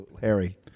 Harry